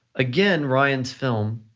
again, ryan's film,